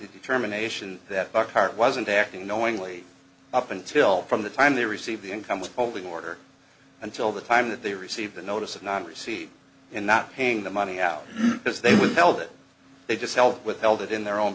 the determination that buckhart wasn't acting knowingly up until from the time they received the income withholding order until the time that they received the notice of not received and not paying the money out as they would tell that they just helped with held it in their own